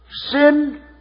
Sin